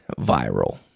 Viral